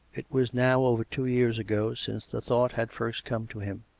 it was now over two years ago since the thought had first come to him,